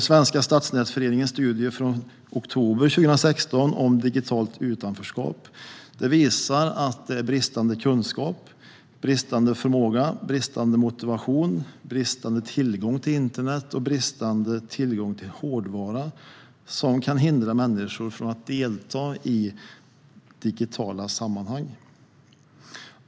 Svenska Stadsnätsföreningens studie från oktober 2016 om digitalt utanförskap visar att det är bristande kunskap, bristande förmåga, bristande motivation, bristande tillgång till internet och bristande tillgång till hårdvara som kan hindra människor från att delta i digitala sammanhang.